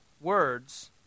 words